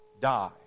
die